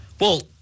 Well-